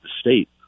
state